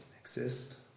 exist